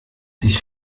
sich